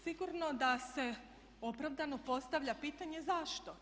Sigurno da se opravdano postavlja pitanje zašto.